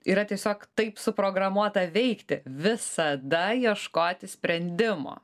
yra tiesiog taip suprogramuota veikti visada ieškoti sprendimo